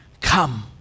Come